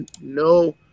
no